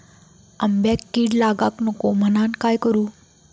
आंब्यक कीड लागाक नको म्हनान काय करू?